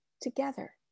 together